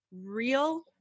real